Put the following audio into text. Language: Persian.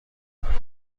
بتوانم